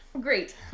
Great